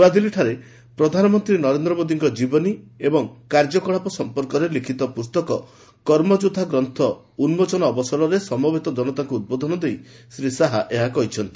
ନୂଆଦିଲ୍ଲୀଠାରେ ପ୍ରଧାନମନ୍ତ୍ରୀ ନରେନ୍ଦ୍ର ମୋଦୀଙ୍କ ଜୀବନୀ ଏବଂ କାର୍ଯ୍ୟକଳାପ ସମ୍ପର୍କରେ ଲିଖିତ ପୁସ୍ତକ 'କର୍ମଯୋଦ୍ଧା ଗ୍ରନ୍ଥ' ଉନ୍ଜୋଚନ ଅବସରରେ ସମବେତ ଜନତାଙ୍କୁ ଉଦ୍ବୋଧନ ଦେଇ ଶ୍ରୀ ଶାହା ଏହା କହିଛନ୍ତି